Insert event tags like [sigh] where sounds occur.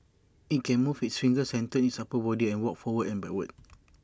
IT can move its fingers and turn its upper body and walk forward and backward [noise]